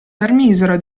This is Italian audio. permisero